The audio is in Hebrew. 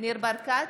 ניר ברקת,